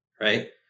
right